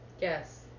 yes